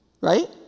Right